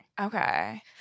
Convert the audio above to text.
Okay